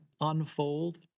unfold